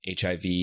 HIV